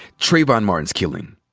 trayvon martin's killing,